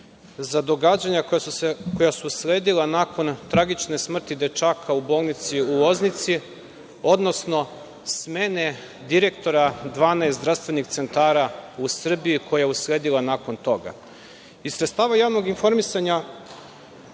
za događanja koja su usledila nakon tragične smrti dečaka u bolnici u Loznici, odnosno smene direktora 12 zdravstvenih centara u Srbiji koja je usledila nakon toga. Iz sredstava javnog informisanja